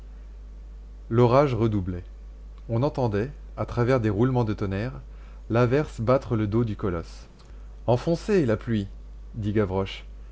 l'orage redoublait on entendait à travers des roulements de tonnerre l'averse battre le dos du colosse enfoncé la pluie dit gavroche